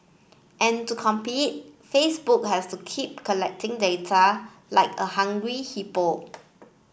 and to compete Facebook has to keep collecting data like a hungry hippo